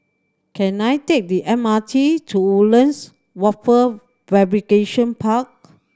can I take the M R T to Woodlands Wafer Fabrication Park